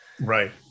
Right